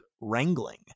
wrangling